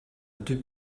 deux